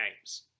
games